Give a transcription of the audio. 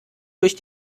durch